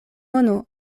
mono